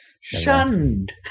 Shunned